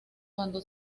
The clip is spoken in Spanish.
cuando